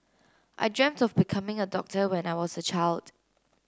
I dreamt of becoming a doctor when I was a child